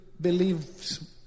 believes